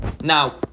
Now